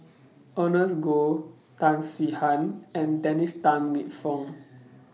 Ernest Goh Tan Swie Hian and Dennis Tan Lip Fong